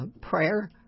prayer